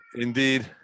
Indeed